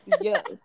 Yes